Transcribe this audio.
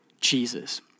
Jesus